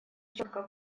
четко